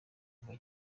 kuva